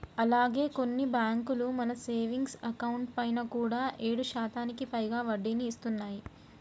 అలాగే కొన్ని బ్యాంకులు మన సేవింగ్స్ అకౌంట్ పైన కూడా ఏడు శాతానికి పైగా వడ్డీని ఇస్తున్నాయి